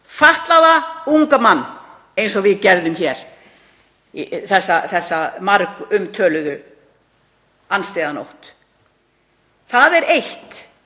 fatlaða unga mann, og við gerðum hér þessa margumtöluðu andstyggðarnótt. Það er eitt